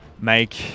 make